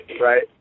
right